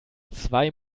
zwei